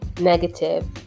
negative